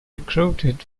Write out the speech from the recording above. recruited